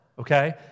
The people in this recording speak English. okay